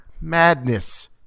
Madness